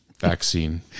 vaccine